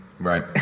Right